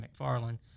McFarland